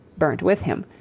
burnt with him,